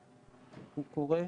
הוא קורה,